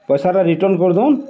ପଇସାଟା ରିଟର୍ଣ୍ଣ୍ କରିଦଉନ୍